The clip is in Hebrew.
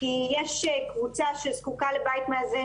כי יש קבוצה שזקוקה לבית מאזן,